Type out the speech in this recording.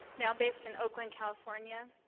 now based in oakland, california.